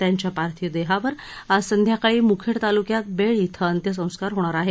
त्यांच्या पार्थिव देहावर आज संध्याकाळी मुखेङ तालुक्यात बेळ इथं अत्यसस्कार होणार आहेत